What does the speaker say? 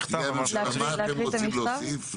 נציגי הממשלה, מה אתם רוצים להוסיף?